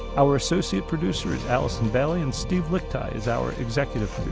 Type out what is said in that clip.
our associate producer is allison bailey. and steve lickteig is our executive